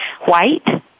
white